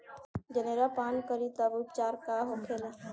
जनेरा पान करी तब उपचार का होखेला?